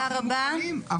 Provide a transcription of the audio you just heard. אנחנו מוכנים.